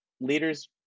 Leaders